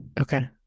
Okay